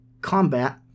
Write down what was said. combat